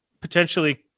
potentially